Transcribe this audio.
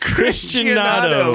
Christianado